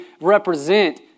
represent